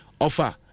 Offer